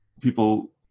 people